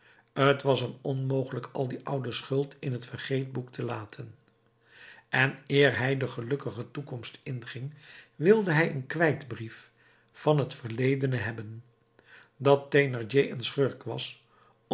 t was hem onmogelijk al die oude schuld in het vergeetboek te laten en eer hij de gelukkige toekomst inging wilde hij een kwijtbrief van het verledene hebben dat thénardier een schurk was